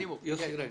יוסי, רגע.